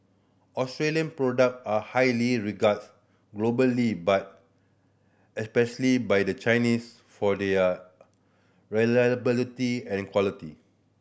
Australian product are highly regarded globally but especially by the Chinese for their reliability and quality